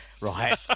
right